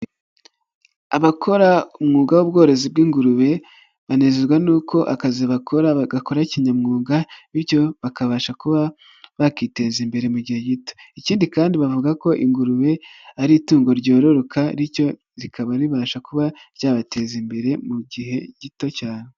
Abakora umwuga w'ubworozi bw'ingurube banezezwa n'uko akazi bakora bagakora kinyamwuga bityo bakabasha kuba bakiteza imbere mu gihe gito, ikindi kandi bavuga ko ingurube ari itungo ryororoka bityo rikaba ribasha kuba ryabateza imbere mu gihe gito cyane.